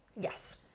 Yes